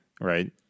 Right